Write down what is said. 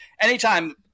anytime